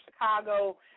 Chicago